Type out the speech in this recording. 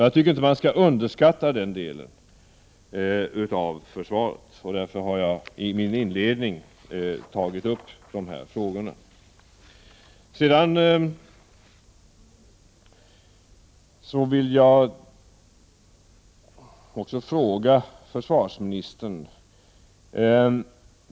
Jag tycker inte man skall glömma bort den delen av försvaret, och jag har därför i mitt inledningsanförande tagit upp dessa frågor.